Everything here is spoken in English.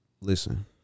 listen